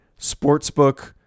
sportsbook